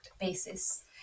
basis